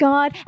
God